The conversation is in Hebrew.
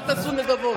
אל תעשו נדבות.